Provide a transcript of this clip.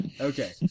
Okay